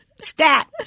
Stat